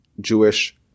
Jewish